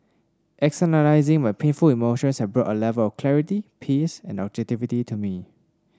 externalising my painful emotions had brought A Level of clarity peace and objectivity to me